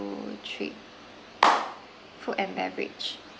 three food and beverage